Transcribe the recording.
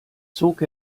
zog